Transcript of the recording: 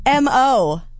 mo